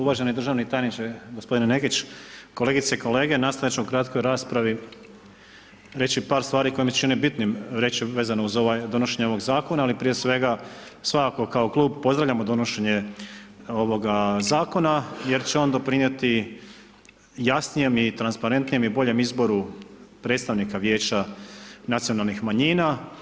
Uvaženi državni tajniče g. Nekić, kolegice i kolege nastojati ću u kratkoj raspravi reći par stvari koje mi se čini bitnim reći, vezano uz donošenje ovog zakona, ali prije svega, svakako kao klub pozdravljamo donošenje ovoga zakona, jer će on doprinijeti jasnijem i transparentnijim i boljem izboru predstavnika vijeća nacionalnih manjina.